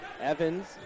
Evans